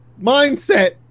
mindset